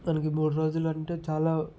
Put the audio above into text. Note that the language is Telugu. మనకి మూడు రోజులు అంటే చాలా